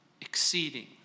exceeding